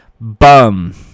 bum